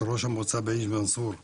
של ראש המועצה בהיג' מנצור בעוספיה,